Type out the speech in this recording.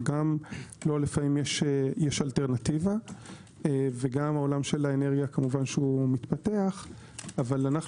יש אלטרנטיבה וגם עולם האנרגיה מתפתח אבל אנו